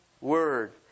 word